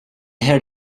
heard